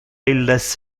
illes